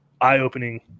eye-opening